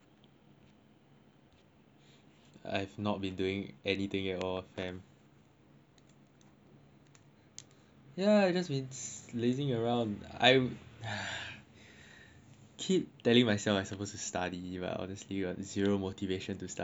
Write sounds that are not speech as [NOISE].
I have not been doing anything at all fam ya I just means lazing around I [NOISE] keep telling my self I suppose to study but honestly [what] zero motivation to study sia